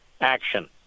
action